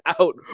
out